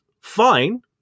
fine